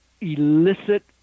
elicit